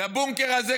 לבונקר הזה,